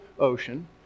ocean